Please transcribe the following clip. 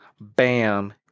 bam